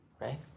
right